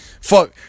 Fuck